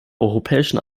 europäischen